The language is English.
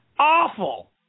Awful